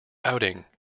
outing